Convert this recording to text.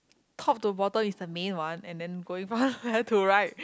top to the bottle is the main one and then going far where to right